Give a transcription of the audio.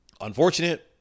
Unfortunate